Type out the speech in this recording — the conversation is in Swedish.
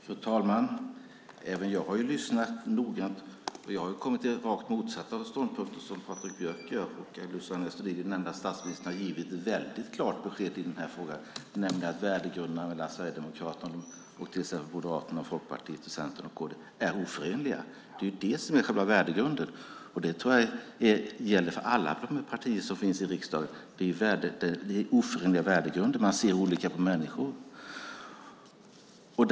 Fru talman! Även jag har lyssnat noga, och jag har kommit fram till en ståndpunkt som är rakt motsatt den som Patrik Björck och Luciano Astudillo har kommit fram till, nämligen att statsministern har givit ett väldigt klart besked i denna fråga: nämligen att Sverigedemokraternas värdegrund och Moderaternas, Folkpartiets, Centerns och Kristdemokraternas värdegrund är oförenliga. Det är det som är själva värdegrunden. Jag tror att det gäller för alla partier som finns i riksdagen att värdegrunderna är oförenliga. Man ser på människor på olika sätt.